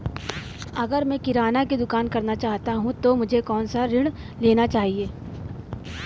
अगर मैं किराना की दुकान करना चाहता हूं तो मुझे कौनसा ऋण लेना चाहिए?